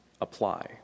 apply